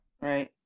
Right